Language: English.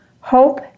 Hope